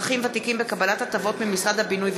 אי-הקמתה של הרשות להתחדשות עירונית,